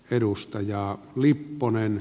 edustajat lipponen